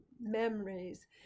memories